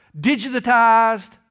digitized